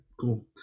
cool